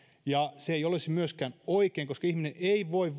ja se ei olisi myöskään oikein koska ihminen ei voi